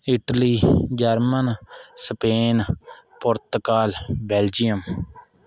Italy German Spain Portugal Belgium